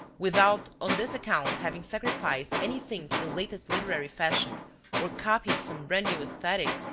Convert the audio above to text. without on this account having sacrificed anything to the latest literary fashion or copied some brand-new aesthetic,